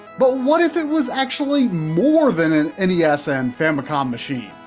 but what if it was actually more than an and yeah nes and famicom machine?